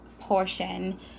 portion